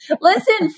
listen